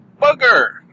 Bugger